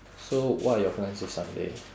so what are your plans this sunday